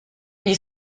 gli